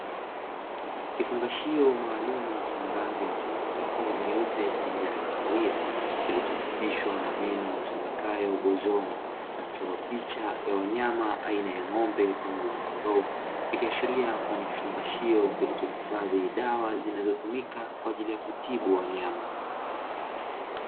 Kifungashio maalumu chenye rangi ya mchanganyiko nyeupe pamoja na kahawia, kilichochapishwa maneno yasomekayo "bozoni" na kuchorwa picha ya wanyama aina ya ng'ombe, pamoja na kondoo ikiashiria kuwa ni kifungashio kilicho hifadhi dawa zinazotumika kwa ajili ya kutibu wanyama.